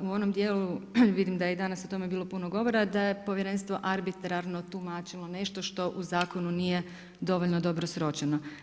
u onom dijelu, vidim da je i danas o tome bilo puno govora da je povjerenstvo arbitrarno tumačilo nešto što u zakonu nije dovoljno dobro sročeno.